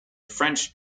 french